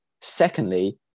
Secondly